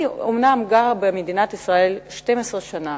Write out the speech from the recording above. אני אומנם גרה במדינת ישראל 12 שנה,